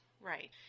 Right